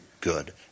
good